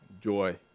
joy